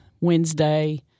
Wednesday